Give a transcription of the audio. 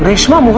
reshma